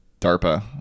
DARPA